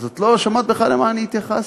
את לא שמעת בכלל למה אני התייחסתי,